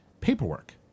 paperwork